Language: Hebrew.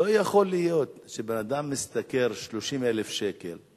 לא יכול להיות שבן-אדם שמשתכר 30,000 שקל משלם